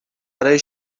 برای